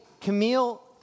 Camille